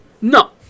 No